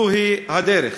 זוהי הדרך.